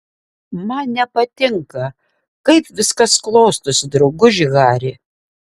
man nepatinka kaip viskas klostosi drauguži hari